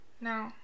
No